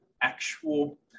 actual